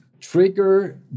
trigger